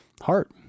heart